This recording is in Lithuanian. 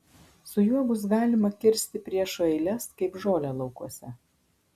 su juo bus galima kirsti priešo eiles kaip žolę laukuose